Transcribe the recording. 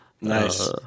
Nice